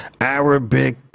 Arabic